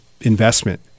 investment